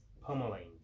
pummeling